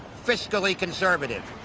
fiscally conservative.